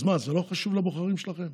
אז מה, זה לא חשוב לבוחרים שלכם?